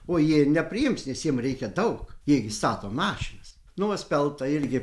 o ji ir nepriims nes jiem reikia daug jie gi stato mašinas nu speltą irgi